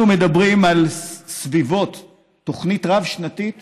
אנחנו מדברים על תוכנית רב-שנתית